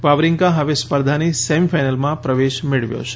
વાવરીન્કાએ હવે સ્પર્ધાની સેમી ફાઈનલમાં પ્રવેશ મેળવ્યો છે